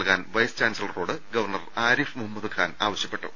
നൽകാൻ വൈസ് ചാൻസലറോട് ഗവർണർ ആരിഫ് മുഹമ്മദ് ഖാൻ ആവശ്യപ്പെട്ടു